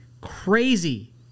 crazy